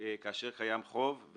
כאשר קיים חוב.